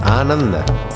ananda